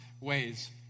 ways